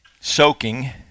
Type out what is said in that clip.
soaking